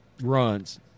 runs